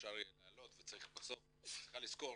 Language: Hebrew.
אפשר יהיה להעלות ובסוף את צריכה לזכור